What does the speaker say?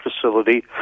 facility